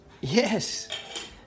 Yes